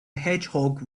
hedgehog